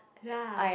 ya